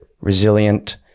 resilient